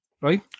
right